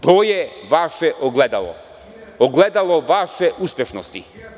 To je vaše ogledalo, ogledalo uspešnosti.